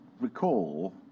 recall